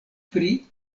pri